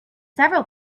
several